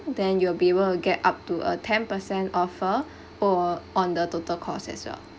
then you will be able to get up to a ten percent offer or on the total cost as well